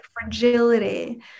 Fragility